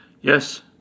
Yes